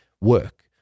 work